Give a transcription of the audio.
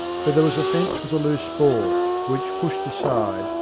for there was a fence with a loose board, which, pushed aside,